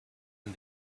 and